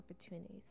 opportunities